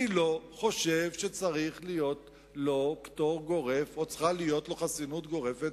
אני לא חושב שצריך להיות לו פטור גורף או צריכה להיות לו חסינות גורפת